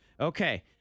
Okay